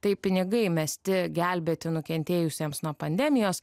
tai pinigai mesti gelbėti nukentėjusiems nuo pandemijos